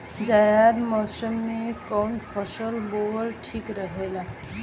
जायद मौसम में कउन फसल बोअल ठीक रहेला?